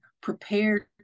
prepared